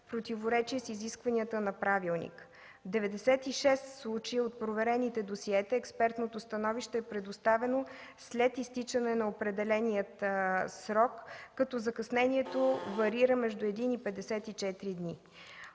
противоречие с изискванията на правилника. В 96 случая от проверените досиета експертното становище е предоставено след изтичане на определения срок, като закъснението варира между един и 54 дни.